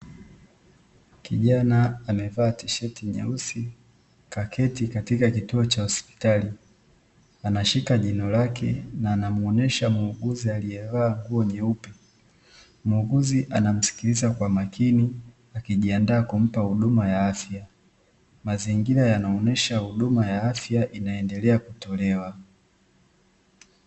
Kijana amevaa flana nyeusi, kaketi katika kituo cha hospitali. Anashika jino lake na anamuonesha muuguzi aliyevaa nguo nyeupe, muuguzi anamsikiliza kwa makini akijiandaa kumpa huduma ya afya. Mazingira yanaonyesha huduma ya afya inaendelea kutolewa.